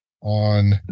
on